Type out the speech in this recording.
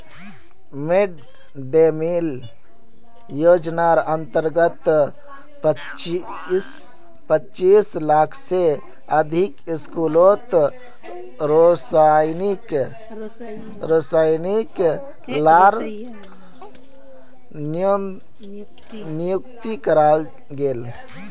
mid day meal योज्नार अंतर्गत पच्चीस लाख से अधिक स्कूलोत रोसोइया लार नियुक्ति कराल गेल